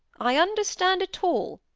i understand it all.